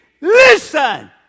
Listen